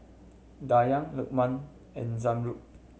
Dayang Lukman and Zamrud